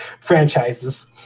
franchises